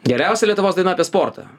geriausia lietuvos daina apie sportą